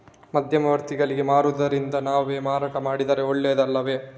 ಮಧ್ಯವರ್ತಿಗಳಿಗೆ ಮಾರುವುದಿಂದ ನಾವೇ ಮಾರಾಟ ಮಾಡಿದರೆ ಒಳ್ಳೆಯದು ಅಲ್ಲವೇ?